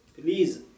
Please